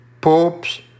popes